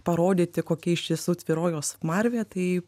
parodyti kokia iš tiesų tvyrojo smarvė tai